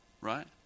Right